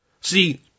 See